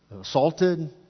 assaulted